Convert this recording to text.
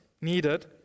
needed